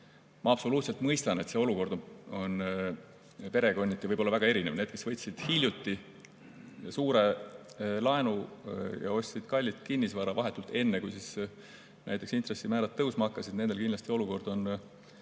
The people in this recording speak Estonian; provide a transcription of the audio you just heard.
Ma absoluutselt mõistan, et see olukord võib perekonniti olla väga erinev. Need, kes võtsid hiljuti suure laenu ja ostsid kallilt kinnisvara vahetult enne, kui intressimäärad tõusma hakkasid, nendel kindlasti olukord on